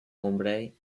hombre